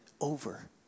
over